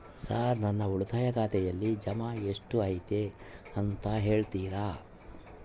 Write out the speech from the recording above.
Sir ನನ್ನ ಉಳಿತಾಯ ಖಾತೆಯಲ್ಲಿ ಜಮಾ ಎಷ್ಟು ಐತಿ ಅಂತ ಹೇಳ್ತೇರಾ?